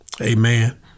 amen